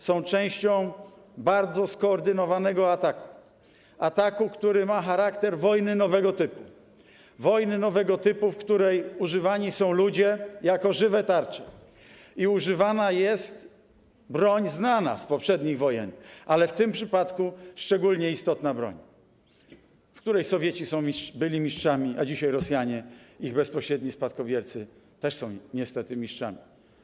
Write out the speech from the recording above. Są one częścią bardzo skoordynowanego ataku, który ma charakter wojny nowego typu, w której używani są ludzie jako żywe tarcze i używana jest broń znana z poprzednich wojen, ale w tym przypadku szczególnie istotna, broń, w której Sowieci byli mistrzami, a dzisiaj Rosjanie, ich bezpośredni spadkobiercy, też są niestety mistrzami.